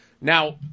Now